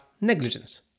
negligence